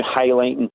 highlighting